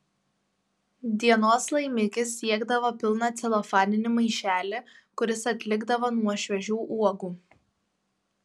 dienos laimikis siekdavo pilną celofaninį maišelį kuris atlikdavo nuo šviežių uogų